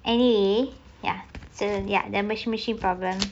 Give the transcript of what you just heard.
anyway ya so their washing machine problem